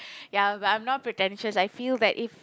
ya but I'm not pretentious I feel that if